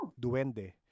duende